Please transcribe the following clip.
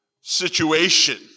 situation